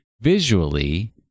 Visually